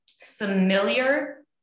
familiar